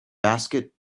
basket